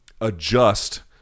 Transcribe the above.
adjust